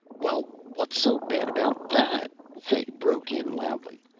well, what's so bad about that? fay broke in loudly.